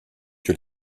que